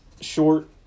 short